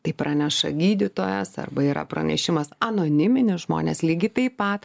tai praneša gydytojas arba yra pranešimas anoniminis žmonės lygiai taip pat